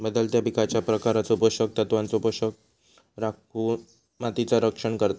बदलत्या पिकांच्या प्रकारचो पोषण तत्वांचो शोषण रोखुन मातीचा रक्षण करता